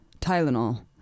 Tylenol